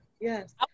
Yes